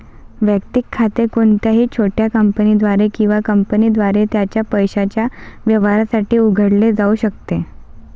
वैयक्तिक खाते कोणत्याही छोट्या कंपनीद्वारे किंवा कंपनीद्वारे त्याच्या पैशाच्या व्यवहारांसाठी उघडले जाऊ शकते